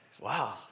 Wow